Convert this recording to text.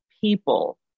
people